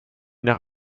nach